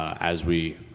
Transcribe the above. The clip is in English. as we,